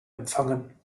empfangen